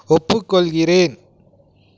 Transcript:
ஒப்புக் கொள்கிறேன்